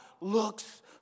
looks